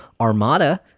Armada